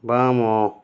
ବାମ